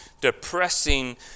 depressing